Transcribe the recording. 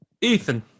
Ethan